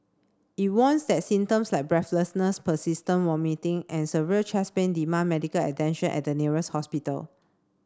it warns that symptoms like breathlessness persistent vomiting and severe chest pain demand medical attention at the nearest hospital